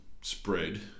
spread